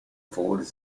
forwards